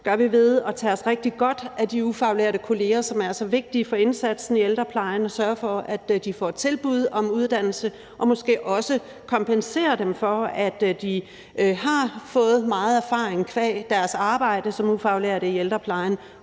gør vi ved at tage os rigtig godt af de ufaglærte kollegaer, som er så vigtige for indsatsen i ældreplejen, og sørge for, at de får et tilbud om uddannelse, og måske også ved at kompensere dem for, at de har fået meget erfaring qua deres arbejde som ufaglærte i ældreplejen,